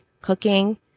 cooking